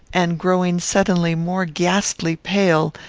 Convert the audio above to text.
and, growing suddenly more ghastly pale,